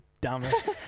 dumbest